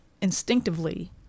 instinctively